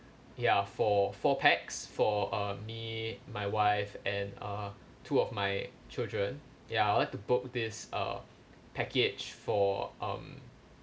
ya for four pax for um me my wife and uh two of my children ya I want to book this uh package for um